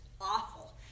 awful